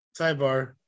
Sidebar